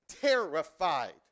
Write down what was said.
terrified